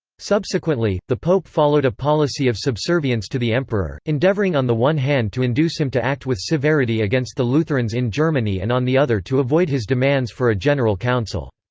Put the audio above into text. subsequently, the pope followed a policy of subservience to the emperor, endeavouring on the one hand to induce him to act with severity against the lutherans in germany and on the other to avoid his demands for a general council.